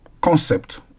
concept